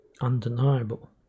undeniable